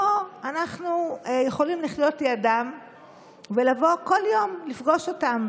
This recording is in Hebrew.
פה אנחנו יכולים לחיות לידם ולבוא כל יום לפגוש אותם,